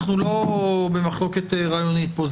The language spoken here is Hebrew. אנחנו לא במחלוקת רעיונית פה.